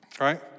right